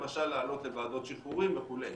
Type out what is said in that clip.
למשל לעלות לוועדות שחרורים וכו'.